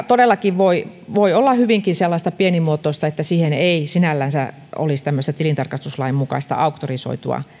todellakin voi voi olla hyvinkin sellaista pienimuotoista niin että siihen ei sinällänsä olisi tämmöistä tilintarkastuslain mukaista auktorisoitua